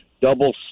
double